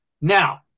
Now